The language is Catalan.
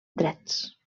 drets